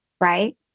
right